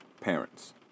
parents